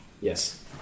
Yes